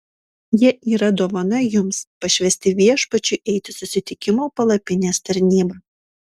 jie yra dovana jums pašvęsti viešpačiui eiti susitikimo palapinės tarnybą